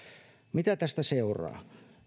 mitä tästä seuraa